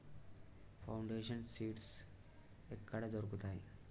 Foundation seeds ఎక్కడ దొరుకుతాయి?